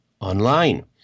online